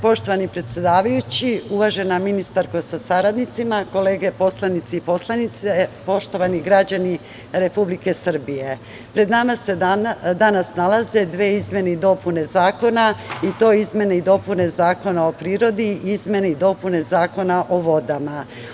Poštovani predsedavajući, uvažena ministarko sa saradnicima, kolege poslanici i poslanice, poštovani građani Republike Srbije, pred nama se danas nalaze dve izmene i dopune zakona i to izmene i dopune Zakona o prirodi i izmene i dopune Zakona o vodama.